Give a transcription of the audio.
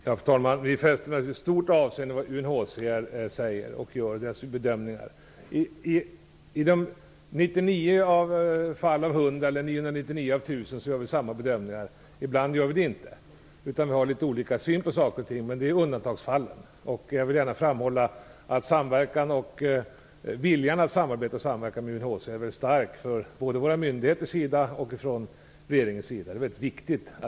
Fru talman! Vi fäster väldigt stort avseende vid vad UNHCR säger vid sina bedömningar. I 99 fall av 100 gör vi samma bedömningar. Ibland har vi litet olika syn på saker och ting, men det är undantagsfallen. Jag vill gärna framhålla att viljan att samarbeta med UNHCR är stark både från våra myndigheters sida och från regeringens sida. Det är väldigt viktigt.